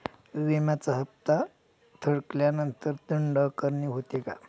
विम्याचा हफ्ता थकल्यानंतर दंड आकारणी होते का?